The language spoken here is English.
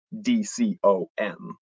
D-C-O-M